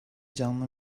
canlı